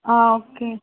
okay